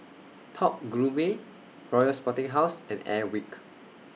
Top Gourmet Royal Sporting House and Airwick